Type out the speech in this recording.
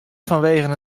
fanwegen